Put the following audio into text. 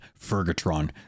Fergatron